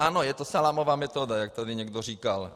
Ano, je to salámová metoda, jak tady někdo říkal.